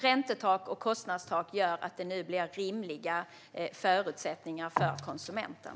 Räntetak och kostnadstak gör att det nu blir rimliga förutsättningar för konsumenten.